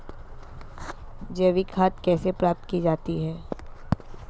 जैविक खाद कैसे प्राप्त की जाती है?